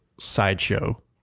sideshow